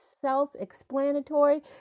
self-explanatory